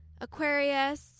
Aquarius